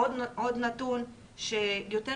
עוד נתון שיותר